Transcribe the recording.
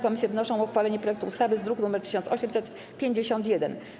Komisje wnoszą o uchwalenie projektu ustawy z druku nr 1851.